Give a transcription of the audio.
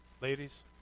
ladies